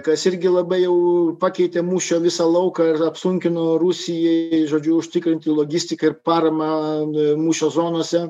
kas irgi labai jau pakeitė mūšio visą lauką ir apsunkino rusijai žodžiu užtikrinti logistiką ir paramą mūšio zonose